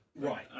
Right